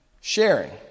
Sharing